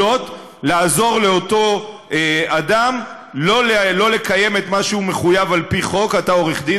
לעזור לאותו אדם לא לקיים את מה שהוא מחויב על-פי חוק אתה עורך-דין,